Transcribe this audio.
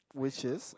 which is